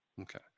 Okay